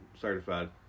certified